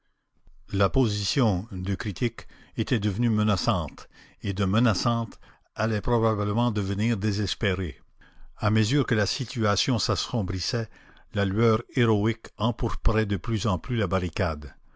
la position de critique était devenue menaçante et de menaçante allait probablement devenir désespérée à mesure que la situation s'assombrissait la lueur héroïque empourprait de plus en plus la barricade